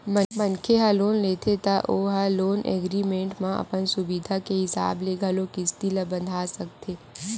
मनखे ह लोन लेथे त ओ ह लोन एग्रीमेंट म अपन सुबिधा के हिसाब ले घलोक किस्ती ल बंधा सकथे